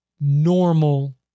normal